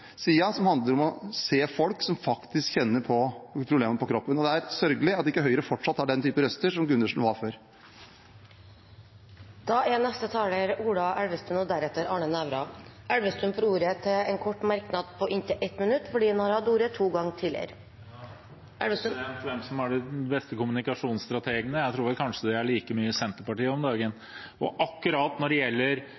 som handler om å se folk som faktisk kjenner problemene på kroppen. Det er sørgelig at ikke Høyre fortsatt har den type røst som Gundersen var før. Representanten Ola Elvestuen har hatt ordet to ganger tidligere og får ordet til en kort merknad, begrenset til 1 minutt. Når det gjelder hvem som har de beste kommunikasjonsstrategene, tror jeg like gjerne det er Senterpartiet nå om dagen. Og akkurat når det gjelder diskusjonen om ulv – ja, det er en reell konflikt om